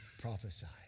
prophesied